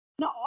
No